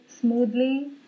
smoothly